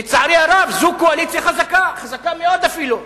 לצערי הרב זו קואליציה חזקה, חזקה מאוד אפילו,